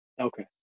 okay